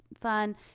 fun